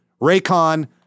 Raycon